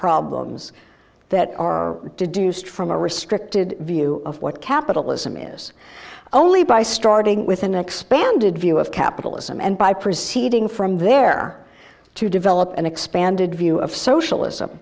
problems that are deduced from a restricted view of what capitalism is only by starting with an expanded view of capitalism and by proceeding from there to develop an expanded view of socialism